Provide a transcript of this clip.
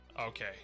okay